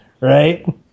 Right